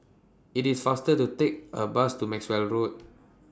IT IS faster to Take A Bus to Maxwell Road